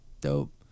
Dope